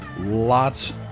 lots